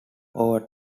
over